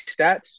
stats